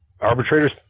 arbitrators